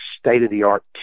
state-of-the-art